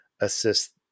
assist